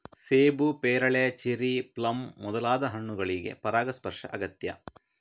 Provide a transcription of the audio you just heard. ಸೇಬು, ಪೇರಳೆ, cherry, plum ಮೊದಲಾದ ಹಣ್ಣುಗಳಿಗೆ ಪರಾಗಸ್ಪರ್ಶ ಅಗತ್ಯ